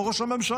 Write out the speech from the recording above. כמו ראש הממשלה.